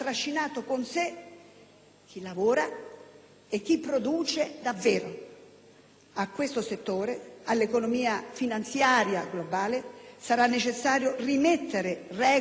chi lavora e chi produce davvero. A questo settore, all'economia finanziaria globale, sarà necessario rimettere regole chiare,